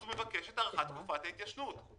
אז הוא מבקש הארכת תקופת ההתיישנות.